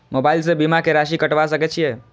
Mobile से बीमा के राशि कटवा सके छिऐ?